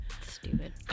Stupid